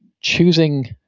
choosing